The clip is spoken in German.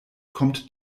kommt